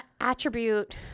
attribute